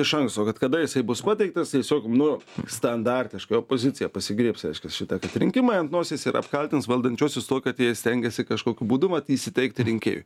iš anksto kad kada jisai bus pateiktas tiesiog nu standartiškai opozicija pasigriebs reiškias šitą rinkimai ant nosies ir apkaltins valdančiuosius tuo kad jie stengiasi kažkokiu būdu vat įsiteikti rinkėjui